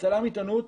כצלם עיתונות,